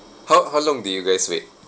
how how long did you guys wait